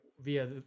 via